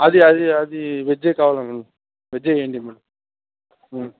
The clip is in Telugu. అది అది అది వెజే కావాలి మేడం వెజ్ఏ ఇయ్యండి మేడం